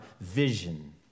vision